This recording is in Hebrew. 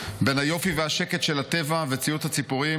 "בין היופי והשקט של הטבע וציוץ הציפורים